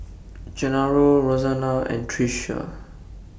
Gennaro Rosanna and Tricia